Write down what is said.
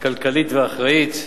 כלכלית ואחראית,